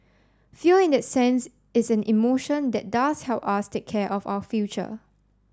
fear in that sense is an emotion that does help us take care of our future